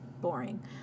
boring